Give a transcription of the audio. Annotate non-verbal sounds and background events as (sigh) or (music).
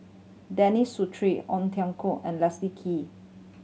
Denis (unintelligible) Ong Tiong (unintelligible) and Leslie Kee